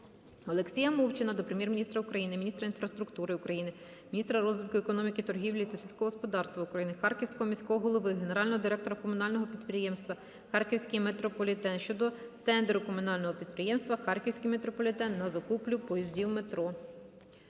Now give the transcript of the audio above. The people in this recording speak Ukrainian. Олексія Мовчана до Прем'єр-міністра України, міністра інфраструктури України, міністра розвитку економіки, торгівлі та сільського господарства України, Харківського міського голови, генерального директора комунального підприємства "Харківський метрополітен" щодо тендеру комунального підприємства "Харківський метрополітен" на закупівлю поїздів метро.